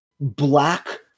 black